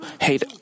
hate